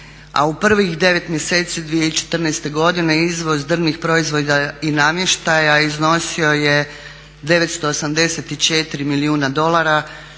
a u prvih 9 mjeseci 2014. godine izvoz drvnih proizvoda i namještaja iznosio je 984 milijuna dolara